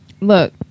Look